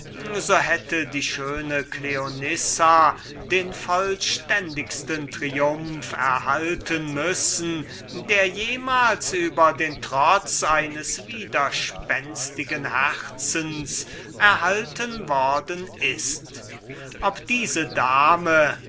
ausführung abhinge die schöne cleonissa den vollständigsten triumph hätte erhalten müssen der jemals über den trotz eines widerspenstigen herzens erhalten worden wäre ob diese dame